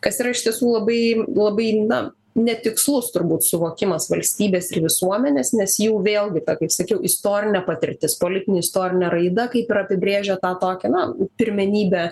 kas iš tiesų labai labai na netikslus turbūt suvokimas valstybės ir visuomenės nes jų vėlgi ta kaip sakiau istorinė patirtis politinė istorinė raida kaip ir apibrėžia tą tokią na pirmenybę